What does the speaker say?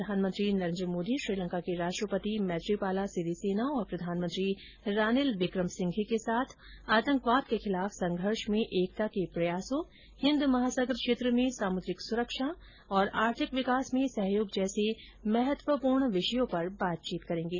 प्रधानमंत्री नरेन्द्र मोदी श्रीलंका के राष्ट्रपति मैत्रीपाला सिरीसेना और प्रधानमंत्री रानिल विक्रमसिंधे के साथ आतंकवाद के खिलाफ संघर्ष में एकता के प्रयासों हिंदमहासागर क्षेत्र में सामुद्रिक सुरक्षा और आर्थिक विकास में सहयोग जैसे महत्वपूर्ण विषयों पर बातचीत करेंगे